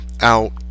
out